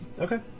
Okay